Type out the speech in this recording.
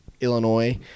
Illinois